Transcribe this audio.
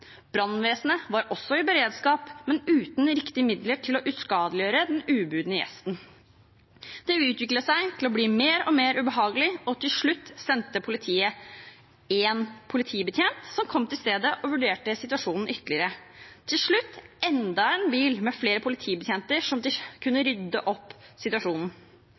Brannvesenet var også i beredskap, men uten riktige midler til å uskadeliggjøre den ubudne gjesten. Det utviklet seg til å bli mer og mer ubehagelig, og til slutt sendte politiet én politibetjent, som kom til stedet og vurderte situasjonen ytterligere, og så enda en bil, med flere politibetjenter, som kunne rydde opp i situasjonen.